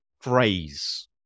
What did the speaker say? phrase